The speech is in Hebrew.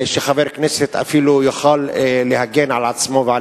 שחבר הכנסת אפילו יוכל להגן על עצמו ועל